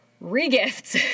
re-gifts